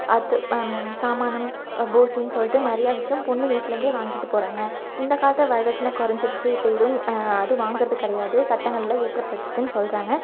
அது சாமானம் போசின்னு சொல்லிட்டு நிறையா விஷயம் பொண்ணுங்க வீட்லந்தே வாங்கிட்டு போறாங்க இந்த காலத்தில் வரதட்சண குறஞ்சிருச்சி இப்போ எதுவும் அதுவும் வாங்கிறது கிடையாது சட்டங்களில் ஏற்றபட்டுருச்சின்னு சொல்லுறாங்க